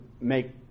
make